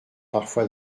parfois